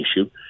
issue